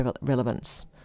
relevance